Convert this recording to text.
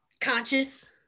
conscious